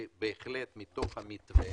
בהחלט מתוך מתווה